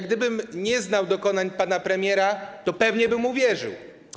Gdybym nie znał dokonań pana premiera, to pewnie bym uwierzył.